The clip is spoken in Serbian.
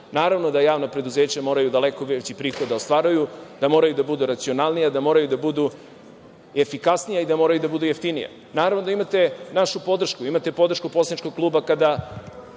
Naravno, da javna preduzeća moraju daleko veći prihod da ostvaruju, da moraju da budu racionalnija, da moraju da budu efikasnija i da moraju da budu jeftinija. Naravno da imate našu podršku. Imate podršku poslaničkog kluba kada